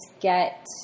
get